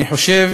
אני חושב